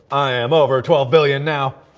i am over twelve billion now.